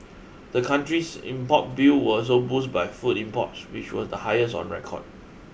the country's import bill was boost by food imports which were the highest on record